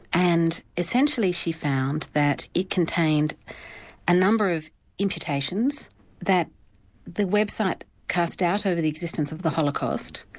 and essentially she found that it contained a number of imputations that the website cast out over the existence of the holocaust,